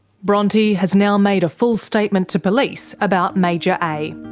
bronte has now made a full statement to police about major a.